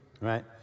right